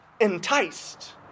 enticed